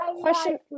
question